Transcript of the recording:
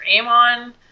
amon